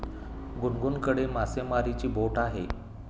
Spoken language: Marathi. गुनगुनकडे मासेमारीची बोट आहे